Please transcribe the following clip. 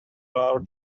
our